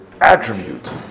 attribute